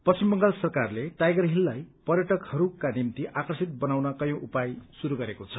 पश्चिम बंगाल सरकारले टाइगर हिललाई पर्यटकहरूको निम्ति आकर्षित बनाउन कयौं उपाय शुरू गरेको छ